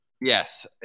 Yes